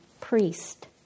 priest